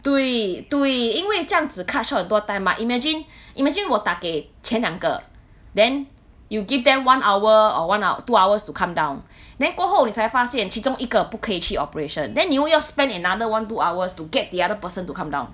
对对因为这样子 cut short 很多 time mah imagine imagine 我打给前两个 then you give them one hour or one two hours to come down then 过后你才发现其中一个不可以去 operation then 你又要 spend another one two hours to get the other person to come down